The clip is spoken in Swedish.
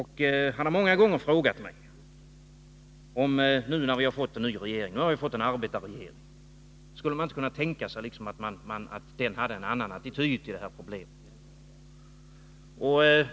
Han har många gånger frågat mig om viinte nu, när vi har fått en arbetarregering, skulle kunna förvänta oss att den nya regeringen har en annan attityd till detta problem.